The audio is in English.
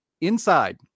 inside